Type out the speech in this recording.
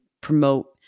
promote